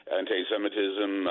anti-semitism